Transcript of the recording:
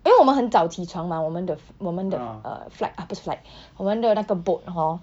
因为我们很早起床吗我们的 fl~ 我们的 uh flight ah 不是 flight 我们的那个 boat hor